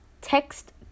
Text